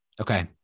Okay